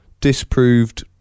Disproved